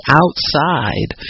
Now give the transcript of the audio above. outside